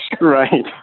Right